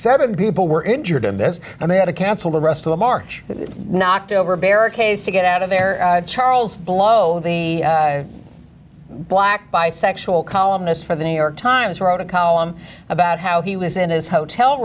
seven people were injured in this and they had to cancel the rest of the march knocked over barricades to get out of there charles blow the black bisexual columnist for the new york times wrote a column about how he was in his hotel